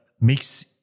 makes